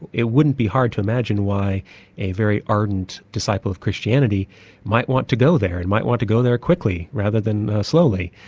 it wouldn't be hard to imagine why a very ardent disciple of christianity might want to go there, he and might want to go there quickly rather than slowly,